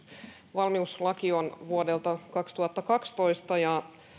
valmiuslaki on vuodelta kaksituhattakaksitoista ja